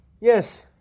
Yes